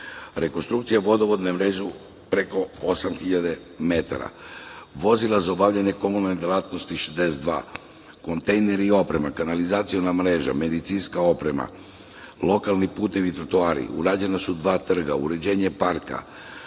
rekonstrukcija vodovodne mreže – preko 8.000 metara, vozila za obavljanje komunalne delatnosti – 62, kontejneri i oprema, kanalizaciona mreža, medicinska oprema, lokalni putevi i trotoari, urađena su dva trga, uređenje parka,